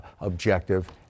objective